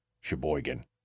Sheboygan